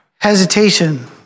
hesitation